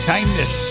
Kindness